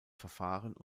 verfahren